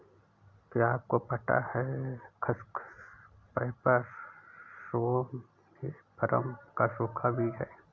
क्या आपको पता है खसखस, पैपर सोमनिफरम का सूखा बीज है?